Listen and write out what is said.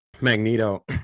Magneto